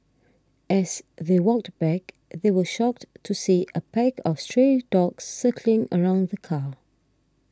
as they walked back they were shocked to see a pack of stray dogs circling around the car